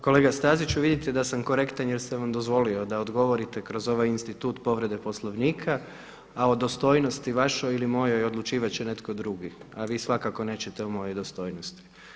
Kolega Staziću, vidite da sam korektan jer sam vam dozvolio da ogovorite kroz ovaj institut povrede Poslovnika a o dostojnosti vašoj ili mojoj odlučivati će netko drugi a vi svakako nećete o mojoj dostojnosti.